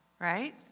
right